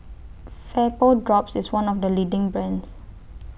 Vapodrops IS one of The leading brands